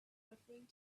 referring